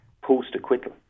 post-acquittal